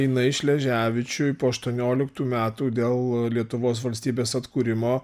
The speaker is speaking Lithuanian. jinai šleževičiui po aštuonioliktų metų dėl lietuvos valstybės atkūrimo